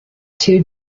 two